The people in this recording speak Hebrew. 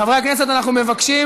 חברי הכנסת, אנחנו מבקשים